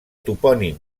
topònim